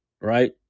Right